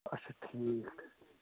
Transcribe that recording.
اَچھا ٹھیٖک